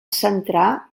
centrar